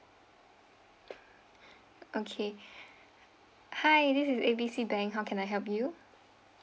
okay hi this is A B C bank how can I help you